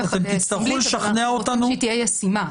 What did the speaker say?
אתם תצטרכו לשכנע אותנו --- אנחנו רוצים שהיא תהיה ישימה,